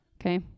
Okay